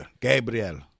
Gabriel